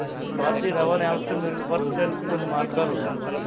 భారతీయ రవాణా వ్యవస్థను మెరుగుపరచడానికి కొన్ని మార్గాలు ఉన్నాయి